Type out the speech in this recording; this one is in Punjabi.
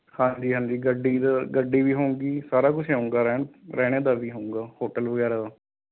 ਹਾਂਜੀ ਹਾਂਜੀ ਗੱਡੀ ਦਾ ਗੱਡੀ ਵੀ ਹੋਵੇਗੀ ਸਾਰਾ ਕੁਝ ਹੋਵੇਗਾ ਰਹਿਣ ਰਹਿਣ ਦਾ ਵੀ ਹੋਵੇਗਾ ਹੋਟਲ ਵਗੈਰਾ ਦਾ